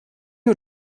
you